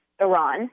iran